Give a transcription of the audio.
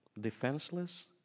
defenseless